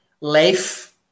life